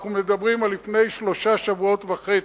אנחנו מדברים על לפני שלושה שבועות וחצי.